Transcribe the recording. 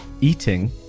eating